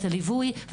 את הליווי,